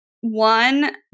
one